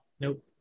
Nope